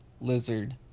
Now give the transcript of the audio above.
lizard